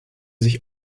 sich